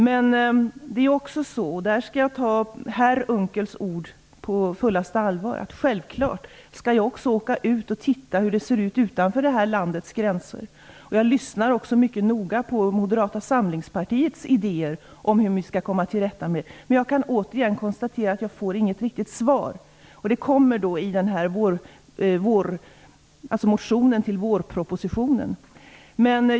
Men det är självklart - och där skall jag ta herr Unckels ord på fullaste allvar - att jag skall åka ut och titta hur det ser ut utanför det här landets gränser. Jag lyssnar också mycket noga på Moderata samlingspartiets idéer om hur vi skall komma till rätta med arbetslösheten. Men jag kan återigen konstatera att jag inte får något riktigt svar. Det skall komma i motionen till vårpropositionen.